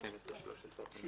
הצבעה בעד סעיפים 13-12,